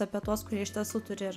apie tuos kurie iš tiesų turi ir